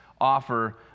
offer